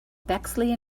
bexley